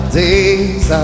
days